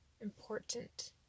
important